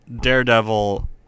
Daredevil